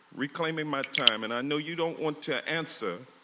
reclaiming my time. and i know you don't want to answer,